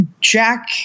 jack